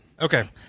Okay